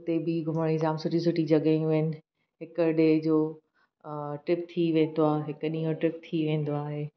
उते बि घुमण जूं जामु सुठियूं सुठियूं जॻहियूं आहिनि हिकु डे जो ट्रिप थी वेंदो आहे हिकु ॾींहुं जो ट्रिप थी वेंदो आहे